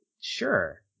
Sure